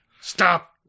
Stop